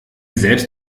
selbst